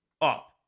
up